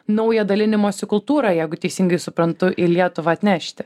naują dalinimosi kultūrą jeigu teisingai suprantu į lietuvą atnešti